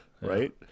right